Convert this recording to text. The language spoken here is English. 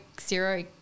zero